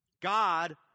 God